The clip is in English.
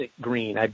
green